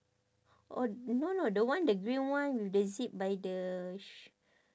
orh no no the one the green one with the zip by the sh~